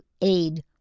aid